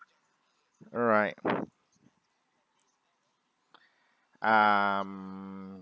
alright um